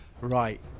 Right